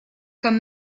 comme